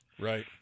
Right